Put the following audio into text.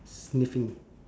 sniffing